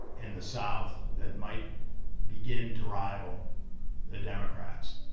in the south that might begin to rival the democrats,